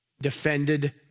defended